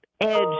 edge